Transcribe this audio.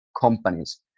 companies